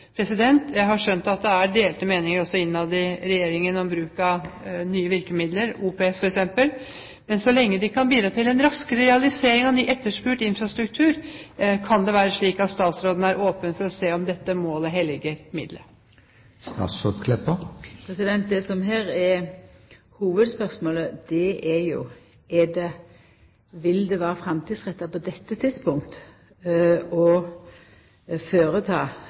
Jeg har skjønt at det er delte meninger også innad i Regjeringen om bruk av nye virkemidler, OPS, f.eks., men så lenge de kan bidra til en raskere realisering av ny, etterspurt infrastruktur – kan det være slik at statsråden er åpen for å se om dette målet helliger midlet? Det som her er hovudspørsmålet, er: Vil det vera framtidsretta på dette tidspunktet å